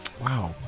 wow